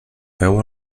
peu